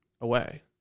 away